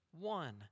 one